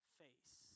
face